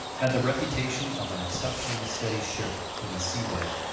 had the reputation of an exceptionally steady ship in a sea-way.